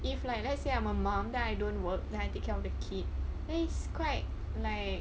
if like let's say I'm a mum then I don't work then I take care of the kid it's quite like